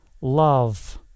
love